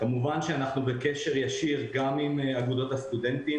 כמובן שאנחנו בקשר ישיר גם עם אגודות הסטודנטים